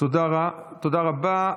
תודה רבה.